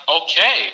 okay